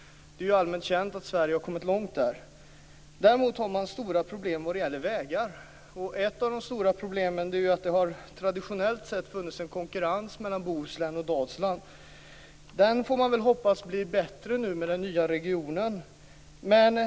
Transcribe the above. Det är allmänt känt att Sverige har kommit långt där. Däremot har man stora problem när det gäller vägar. Ett av de stora problemen är att det traditionellt sett funnits en konkurrens mellan Bohuslän och Dalsland. Där får man hoppas att det blir bättre nu med den nya regionen.